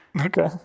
okay